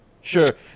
sure